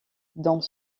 dont